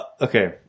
Okay